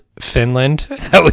Finland